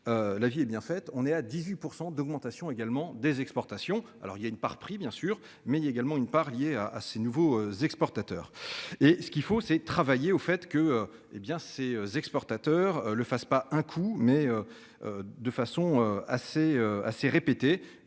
La vie est bien fait, on est à 18% d'augmentation également des exportations. Alors il y a une part pris bien sûr mais également une part liée à à ces nouveaux exportateurs et ce qu'il faut c'est travailler au fait que, hé bien ses exportateurs. Le fasse pas un coup mais. De façon assez assez